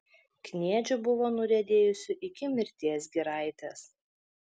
kniedžių buvo nuriedėjusių iki mirties giraitės